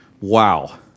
Wow